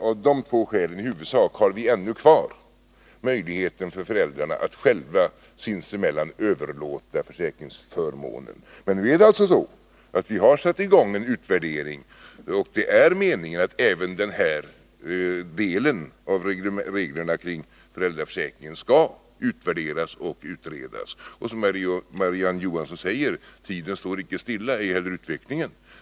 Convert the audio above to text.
Det är i huvudsak av dessa två skäl som vi ännu har kvar möjligheten för föräldrarna att själva sinsemellan överlåta försäkringsförmåner. Men nu har vi alltså satt i gång en utvärdering, och det är meningen att även den här delen av reglerna för föräldraförsäkringen skall utvärderas och utredas. Och som Marie-Ann Johansson sade står tiden icke stilla, ej heller utvecklingen.